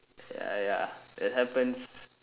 ya ya it happens